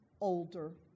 older